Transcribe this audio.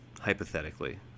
Hypothetically